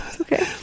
Okay